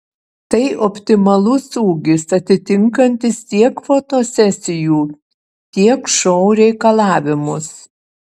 tai optimalus ūgis atitinkantis tiek fotosesijų tiek šou reikalavimus